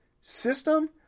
system